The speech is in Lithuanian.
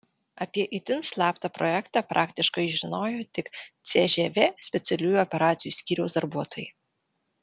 apie itin slaptą projektą praktiškai žinojo tik cžv specialiųjų operacijų skyriaus darbuotojai